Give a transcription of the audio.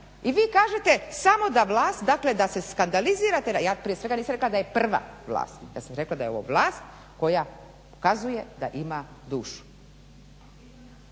I vi kažete samo da vlast, dakle da se skandalizirate. Ja prije svega nisam rekla da je prva vlast. Ja sam rekla da je ovo vlast koja pokazuje da ima dušu.